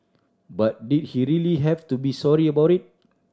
but did he really have to be sorry about it